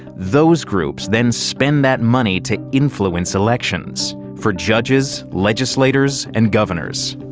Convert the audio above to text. those groups then spend that money to influence elections for judges, legislators, and governors.